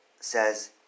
says